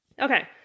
Okay